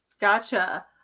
Gotcha